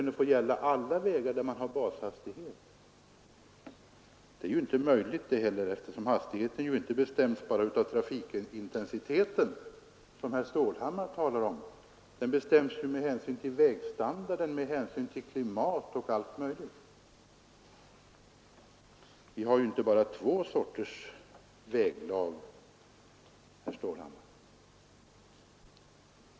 Det är dock inte möjligt, eftersom hastigheten bestäms inte bara av trafikintensiteten, som herr Stålhammar talar om, utan med hänsyn till vägstandarden, klimatet och andra ting. Vi har inte endast två sorters väglag, herr Stålhammar.